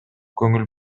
көңүл